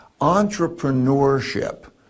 entrepreneurship